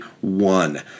one